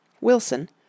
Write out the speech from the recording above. Wilson